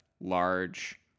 large